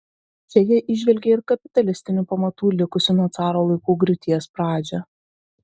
čia jie įžvelgė ir kapitalistinių pamatų likusių nuo caro laikų griūties pradžią